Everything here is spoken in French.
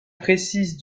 précise